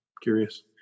curious